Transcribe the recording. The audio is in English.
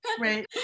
Right